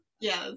Yes